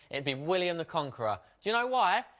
it'd be william the conqueror. do you know why?